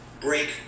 break